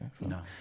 No